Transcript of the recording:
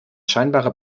scheinbare